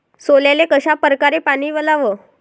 सोल्याले कशा परकारे पानी वलाव?